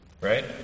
Right